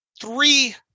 three